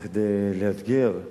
כדי לאתגר שר,